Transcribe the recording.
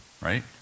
right